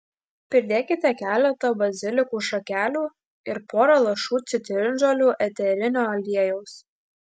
pridėkite keletą bazilikų šakelių ir pora lašų citrinžolių eterinio aliejaus